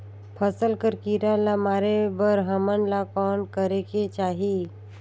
फसल कर कीरा ला मारे बर हमन ला कौन करेके चाही?